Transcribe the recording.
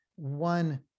one